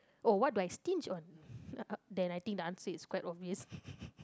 oh what do I stinge on then I think the answer is quite obvious